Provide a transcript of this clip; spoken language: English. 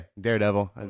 Daredevil